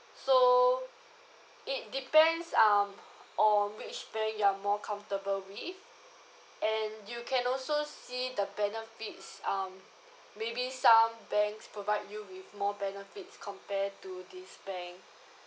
so it depends um on which bank you're more comfortable with and you can also see the benefits um maybe some banks provide you with more benefits compare to this bank